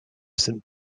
saint